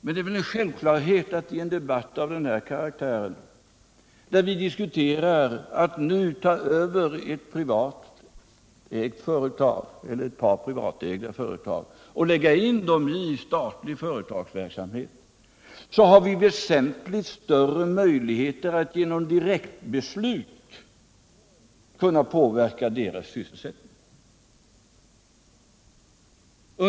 Men det är väl en självklarhet i en debatt av den här karaktären, där vi diskuterar att nu ta över ett par privatägda företag och lägga in dem i statlig företagsamhet, att vi har väsentligt större möjligheter att genom direktbeslut påverka deras sysselsättning.